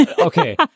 Okay